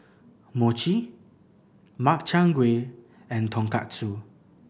Mochi Makchang Gui and Tonkatsu